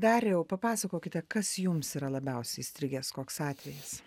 dariau papasakokite kas jums yra labiausiai įstrigęs koks atvejis